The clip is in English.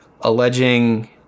alleging